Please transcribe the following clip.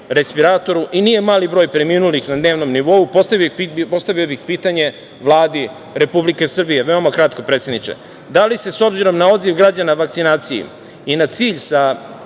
respiratoru i nije mali broj preminulih na dnevnom nivou, postavio bih pitanje Vladi Republike Srbije, veoma kratko, predsedniče. Da li se, s obzirom na odziv građana vakcinaciji i na cilj da